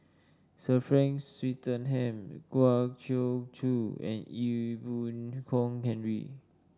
Sir Frank Swettenham Kwa Geok Choo and Ee Boon Kong Henry